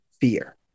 fear